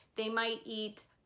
they might eat